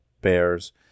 bears